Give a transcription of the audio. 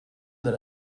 that